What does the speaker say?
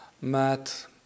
met